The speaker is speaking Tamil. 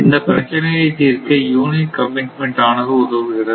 இந்த பிரச்சனைகளை தீர்க்க யூனிட் கமிட்மென்ட் ஆனது உதவுகிறது